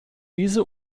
diese